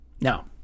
Now